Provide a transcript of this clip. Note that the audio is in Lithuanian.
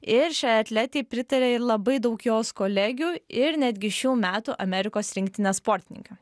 ir šiai atletei pritarė ir labai daug jos kolegių ir netgi šių metų amerikos rinktinės sportininkių